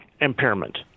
impairment